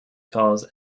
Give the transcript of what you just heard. calls